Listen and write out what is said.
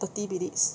thirty minutes